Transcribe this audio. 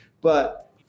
But-